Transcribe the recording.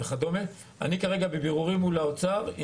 אני כרגע בבירורים מול האוצר.